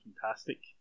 fantastic